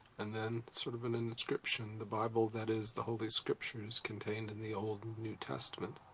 and then sort of an inscription the bible, that is, the holy scriptures conteined in the olde and newe testament,